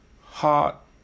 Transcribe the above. Hot